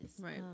Right